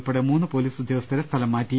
ഉൾപ്പെടെ മൂന്ന് പോലീസ് ഉദ്യോഗ സ്ഥരെ സ്ഥലംമാറ്റി